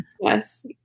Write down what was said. Yes